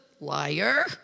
Liar